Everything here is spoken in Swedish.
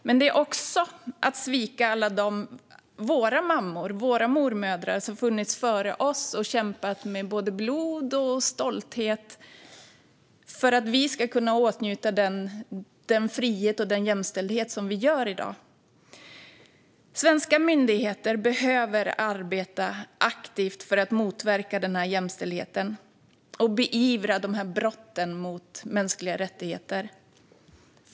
Men det är också att svika alla våra mammor och våra mormödrar som har funnits före oss och kämpat med både blod och stolthet för att vi ska kunna åtnjuta den frihet och den jämställdhet som vi har i dag. Svenska myndigheter behöver arbeta aktivt för att motverka den här ojämställdheten och beivra brotten mot mänskliga rättigheter.